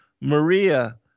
Maria